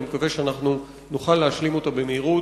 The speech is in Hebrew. אני מקווה שנוכל להשלים אותה במהירות